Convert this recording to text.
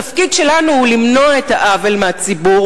התפקיד שלנו הוא למנוע את העוול מהציבור